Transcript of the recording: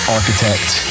Architect